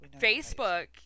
Facebook